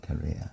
career